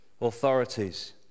authorities